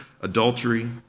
adultery